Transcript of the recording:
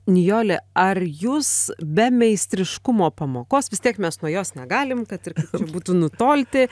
nijole ar jūs be meistriškumo pamokos vis tiek mes nuo jos negalim kad ir būtų nutolti